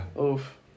Oof